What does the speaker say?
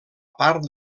part